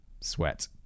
sweat